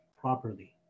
properly